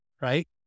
right